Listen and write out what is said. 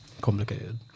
complicated